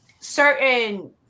certain